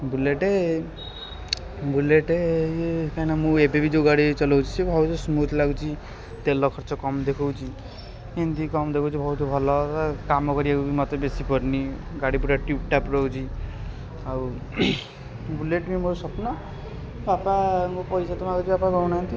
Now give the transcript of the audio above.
bullet bullet ଏ କାହିଁକିନା ମୁଁ ଏବେ ବି ଯେଉଁ ଗାଡ଼ି ଚଲାଉଛି ସିଏ ବହୁତୁ ସ୍ମୁଥ ଲାଗୁଚି ତେଲ ଖର୍ଚ୍ଚ କମ୍ ଦେଖାଉଛି ଏମତି କମ୍ ଦେଖାଉଛି ବହୁତ ଭଲ ହେବ କାମ କରିବାକୁ ମୋତେ ବେଶୀ ପଡ଼ୁନି ଗାଡ଼ି ପୂରା ଟିପଟପ ରହୁଛି ଆଉ ବୁଲେଟ କିଣିବା ସ୍ୱପ୍ନ ପାପା ମୁଁ ପଇସା ତ ମାଗୁଛି ପାପା ଦେଉନାହାନ୍ତି